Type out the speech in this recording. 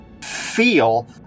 feel